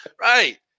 Right